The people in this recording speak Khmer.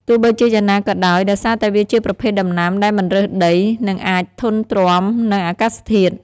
ទោះបីជាយ៉ាងណាក៏ដោយ ដោយសារតែវាជាប្រភេទដំណាំដែលមិនរើសដី និងអាចធន់ទ្រាំនឹងអាកាសធាតុ ។